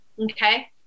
okay